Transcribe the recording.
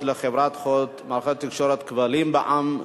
ל"חברת הוט מערכות תקשורת בכבלים בע"מ"